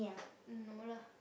no lah